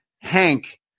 hank